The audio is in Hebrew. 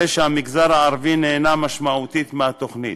הרי שהמגזר הערבי נהנה משמעותית מהתוכנית.